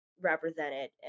represented